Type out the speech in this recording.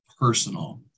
personal